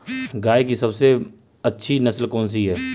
गाय की सबसे अच्छी नस्ल कौनसी है?